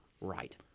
Right